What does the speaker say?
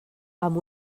amb